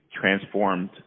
transformed